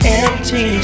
empty